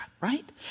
right